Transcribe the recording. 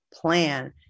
plan